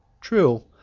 True